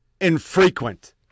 infrequent